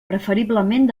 preferiblement